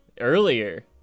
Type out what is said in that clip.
Earlier